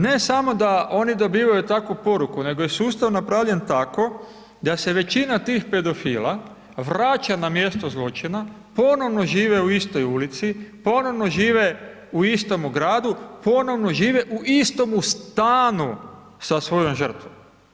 Ne samo da oni dobivaju takvu poruku, nego je sustav napravljen tako da se većina tih pedofila vraća na mjesto zločina, ponovno žive u istoj ulici, ponovno žive u istome gradu, ponovno žive u istome stanu sa svojom žrtvom.